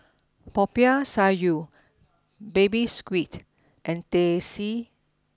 Popiah Sayur Baby Squid and Teh C